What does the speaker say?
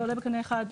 זה עולה בקנה אחד.